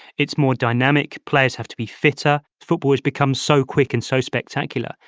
it's more dynamic, players have to be fitter. football has become so quick and so spectacular,